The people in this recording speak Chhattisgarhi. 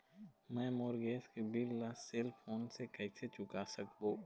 मैं मोर गैस के बिल ला सेल फोन से कइसे चुका सकबो?